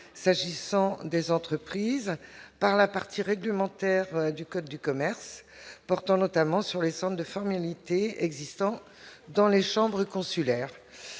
s'agissant des entreprises par la partie réglementaire du Code du commerce, portant notamment sur les cendres de formalités existant dans les chambres consulaires,